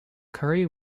currie